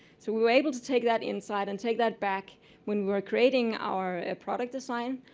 so we were able to take that inside and take that back when we were creating our product design,